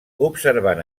observant